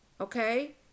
okay